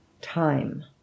time